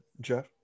Jeff